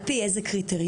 על פי איזה קריטריונים,